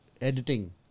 editing